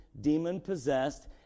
demon-possessed